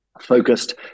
focused